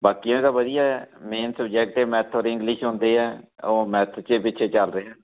ਬਾਕੀ ਇਹਦਾ ਵਧੀਆ ਮੇਨ ਸਬਜੈਕਟ ਏ ਮੈਥ ਔਰ ਇੰਗਲਿਸ਼ ਹੁੰਦੇ ਆ ਉਹ ਮੈਥ 'ਚ ਏ ਪਿੱਛੇ ਚੱਲ ਰਿਹਾ